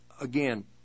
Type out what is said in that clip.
again